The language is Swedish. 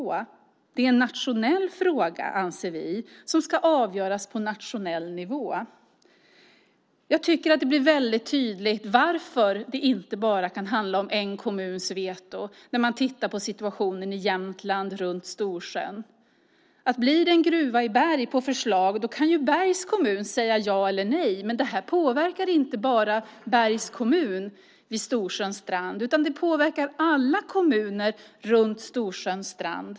Vi anser att det är en nationell fråga som ska avgöras på nationell nivå. Jag tycker att det blir väldigt tydligt varför det inte bara kan handla om en kommuns veto när man tittar på situationen runt Storsjön i Jämtland. Kommer det förslag på en gruva i Berg kan ju Bergs kommun säga ja eller nej, men det här påverkar inte bara Bergs kommun vid Storsjöns strand, utan det påverkar alla kommuner runt Storsjöns strand.